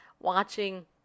watching